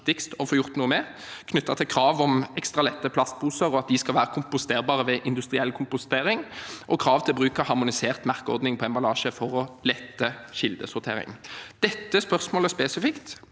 å få gjort noe med, knyttet til krav om ekstra lette plastposer, at de skal være komposterbare ved industriell kompostering, og krav til bruk av harmonisert merkeordning på emballasje for å lette kildesortering. Dette spørsmålet spesifikt